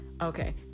Okay